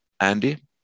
Andy